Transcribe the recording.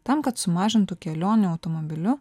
tam kad sumažintų kelionę automobiliu